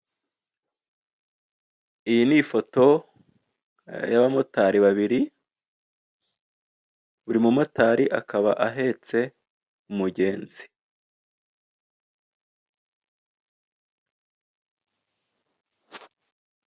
Iyi ni ifoto y'abamotari babiri buri mumotari akaba ahetse umugenzi.